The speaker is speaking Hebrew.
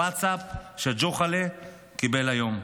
ווטסאפ שג'וחאל'ה קיבל היום.